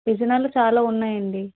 విజయనగరంలో చాలా ఉన్నాయండి